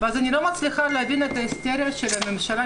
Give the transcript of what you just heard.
אני לא מצליחה להבין את ההיסטריה של הממשלה.